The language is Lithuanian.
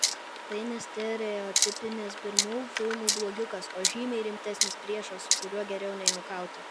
tai ne stereotipinis pirmų filmų blogiukas o žymiai rimtesnis priešas su kuriuo geriau nejuokauti